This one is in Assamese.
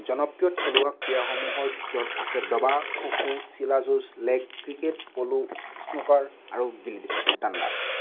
জনপ্ৰিয় থলুৱা ক্ৰীড়াসমূহৰ ভিতৰত আছে দবা খো খো চিলা যুঁজ লেগ ক্ৰিকেট প'লো স্নুকাৰ আৰু গিলি ডাণ্ডা